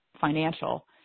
financial